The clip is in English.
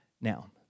Now